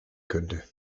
könnte